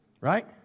Right